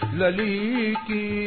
laliki